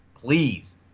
please